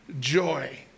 joy